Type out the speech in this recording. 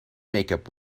makeup